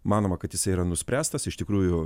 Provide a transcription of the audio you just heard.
manoma kad jisai yra nuspręstas iš tikrųjų